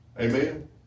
Amen